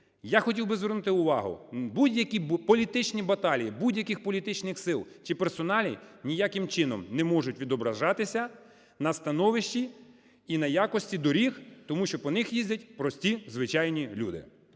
Я хотів би звернути увагу, будь-які політичні баталії, будь-яких політичних сил чи персоналій ніяким чином не можуть відображатися на становищі і на якості доріг, тому що по них їздять прості, звичайні люди.